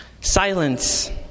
Silence